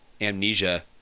Amnesia